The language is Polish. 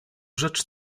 rzecz